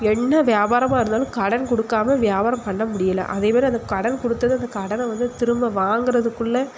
என்ன வியாபாரமாக இருந்தாலும் கடன் கொடுக்காம வியாபாரம் பண்ண முடியல அதேமாதிரி அந்த கடன் கொடுத்தது அந்த கடனை வந்து திரும்ப வாங்குறதுக்குள்ளே